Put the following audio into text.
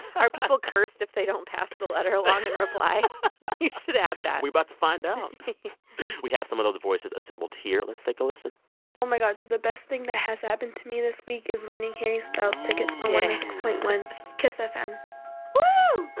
are people cursed if they don't pass the letter along in reply? you should add that we're about to find out we have some of those voices assembled here. let's take a listen oh, my god, so the best thing that has happened to me this week is winning harry styles tickets point one kiss fm woo